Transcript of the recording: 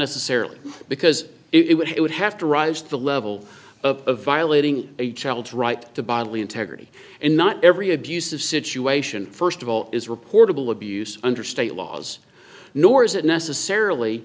necessarily because it would it would have to rise to the level of violating a child's right to bodily integrity and not every abusive situation first of all is reportable abuse under state laws nor is it necessarily